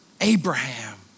Abraham